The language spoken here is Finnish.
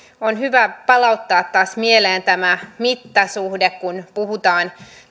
on hyvä palauttaa taas mieleen tämä mittasuhde kun puhutaan